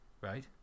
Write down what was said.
Right